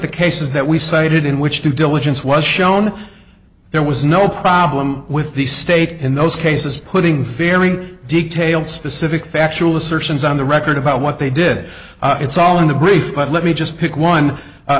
the cases that we cited in which due diligence was shown there was no problem with the state in those cases putting very detailed specific factual assertions on the record about what they did it's all in the brief but let me just pick one